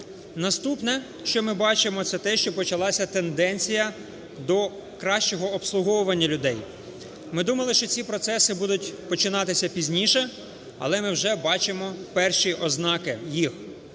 Наступне, що ми бачимо, це те, що почалася тенденція до кращого обслуговування людей. Ми думали, що ці процеси будуть починатися пізніше, але ми вже бачимо перші ознаки їх.